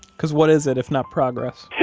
because what is it, if not progress?